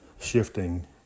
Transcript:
shifting